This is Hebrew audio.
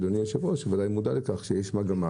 אדוני היושב ראש וודאי מודע לכך שיש מגמה